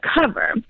cover